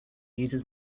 uses